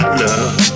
love